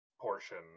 portion